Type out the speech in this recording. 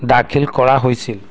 দাখিল কৰা হৈছিল